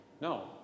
No